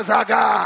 Zaga